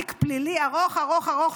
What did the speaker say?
תיק פלילי ארוך ארוך ארוך,